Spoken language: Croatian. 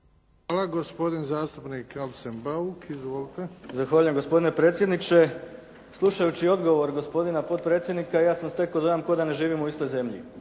Hvala. Gospodin zastupnik Arsen Bauk. Izvolite. **Bauk, Arsen (SDP)** Zahvaljujem gospodine predsjedniče. Slušaju odgovor gospodina potpredsjednika ja sam stekao dojam kao da ne živimo u istoj zemlji.